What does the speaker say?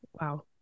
Wow